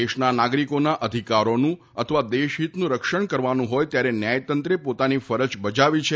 દેશના નાગરીકોના અધિકારોનું અથવા દેશહિતનું રક્ષણ કરવાનું હોય ત્યારે ન્યાયતંત્રે પોતાની ફરજ બજાવી છે